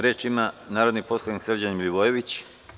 Reč ima narodni poslanik Srđan Milivojević.